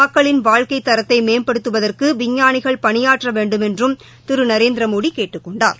மக்களின் வாழ்க்கை தரத்தை மேம்படுத்துவதற்கு விஞ்ஞானிகள் பணியாற்ற வேண்டுமென்றும் திரு நரேந்திரமோடி கேட்டுக் கொண்டார்